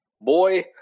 boy